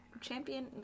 champion